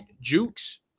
Jukes